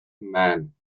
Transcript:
mann